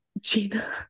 Gina